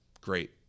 great